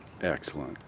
Excellent